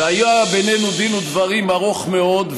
היה בינינו דין ודברים ארוך מאוד,